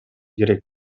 керек